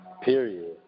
Period